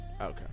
Okay